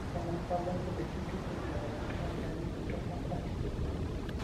ni kana kwamba kuna vitu zenye wanazotoa ndani kutoka kwa hizo sanduku.